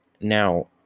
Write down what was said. now